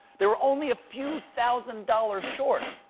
they were only a few thousand dollars short,